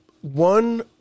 One